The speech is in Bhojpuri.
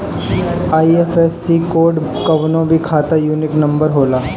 आई.एफ.एस.सी कोड कवनो भी खाता यूनिक नंबर होला